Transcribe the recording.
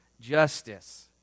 justice